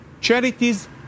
charities